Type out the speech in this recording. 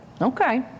okay